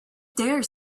dare